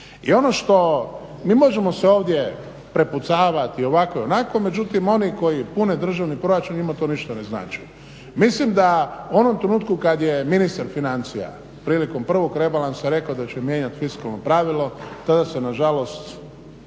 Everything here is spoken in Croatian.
I ono što, mi možemo se ovdje prepucavat i ovako i onako, međutim oni koji pune državni proračun njima to ništa ne znači. Mislim da u onom trenutku kad je ministar financija prilikom prvog rebalansa rekao da će mijenjati fiskalno pravilo tada se nažalost